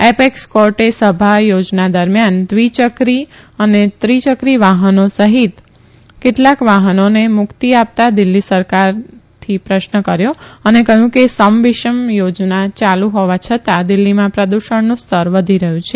Apex કોર્ટે સભા યોજના દરમ્યાન વ્રિચક્રી અને ત્રિચક્રી વાહનો સહિત કેટલાક વાહનોને મુકિત આપતા દિલ્લી સરકારથી પ્રશ્ન કર્યો અને કહયું કે સમ વિષમ યોજના ચાલુ હોવા છતાં દિલ્લીમાં પ્રદૂષણનું સ્તર વધી રહયું છે